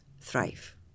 thrive